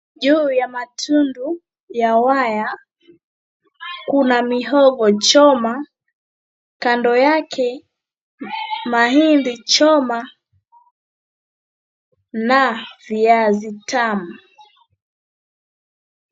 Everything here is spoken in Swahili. Juu ya matundu ya waya kuna mihogo choma. Kando yake mahindi choma na viazi tamu.